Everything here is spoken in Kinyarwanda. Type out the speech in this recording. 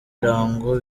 ibirango